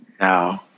No